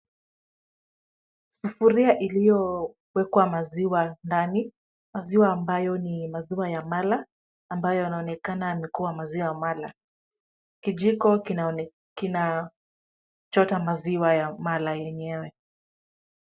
Sufuria iliyowekwa maziwa ndani, maziwa ambayo ni maziwa ya mala, ambayo yanaonekana yamekuwa maziwa ya mala. Kijiko kinachota maziwa ya mala yenyewe.